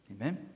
Amen